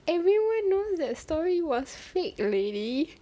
everyone knows that story was fake lady